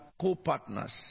co-partners